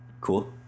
Cool